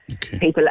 People